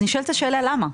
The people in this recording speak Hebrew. נשאלת השאלה, למה?